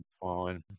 fine